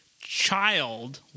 child